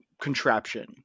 contraption